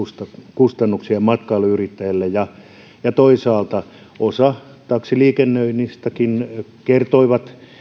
kustannuksia matkailuyrittäjälle toisaalta osa taksiliikennöitsijöistäkin kertoi